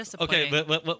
okay